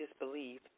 disbelieve